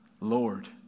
Lord